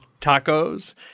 tacos